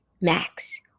max